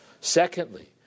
Secondly